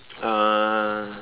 ah